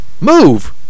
Move